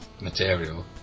material